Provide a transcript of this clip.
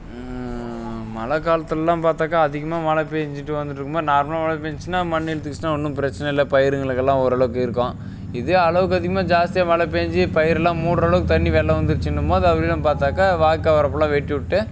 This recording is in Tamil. மழை காலத்துலெலாம் பார்த்தாக்கா அதிகமாக மழை பெஞ்சிட்டு வந்துட்ருக்கும் போது நார்மலாக மழை பெஞ்சிச்சினா மண்ணு இழுத்துக்கிச்சுனா ஒன்னும் பிரச்சின இல்லை பயிருங்களுக்கெல்லாம் ஓரளவுக்கு இருக்கும் இதே அளவுக்கு அதிகமாக ஜாஸ்தியாக மழை பெஞ்சி பயிரலாம் மூடுற அளவுக்கு தண்ணி வெள்ளம் வந்துருச்சுன்னும் போது பார்த்தாக்கா வாய்க்கா வரப்புலாம் வெட்டி விட்டு